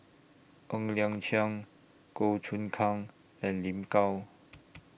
Ng Liang Chiang Goh Choon Kang and Lin Gao